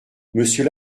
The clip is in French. monsieur